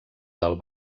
del